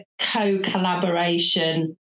co-collaboration